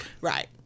Right